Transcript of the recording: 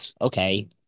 Okay